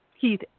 Keith